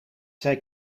zij